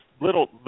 little